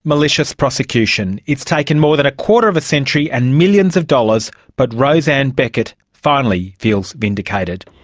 malicious prosecution. it's taken more than a quarter of a century and millions of dollars, but roseanne beckett finally feels vindicated.